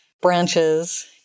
Branches